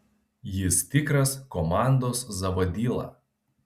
jis tikras komandos zavadyla